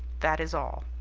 that is all.